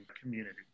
community